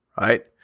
right